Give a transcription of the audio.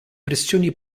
pressioni